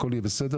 הכל יהיה בסדר,